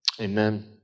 Amen